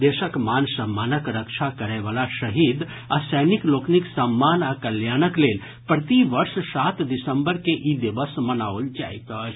देशक मान सम्मानक रक्षा करयवला शहीद आ सैनिक लोकनिक सम्मान आ कल्याणक लेल प्रति वर्ष सात दिसंबर के ई दिवस मनाओल जाइत अछि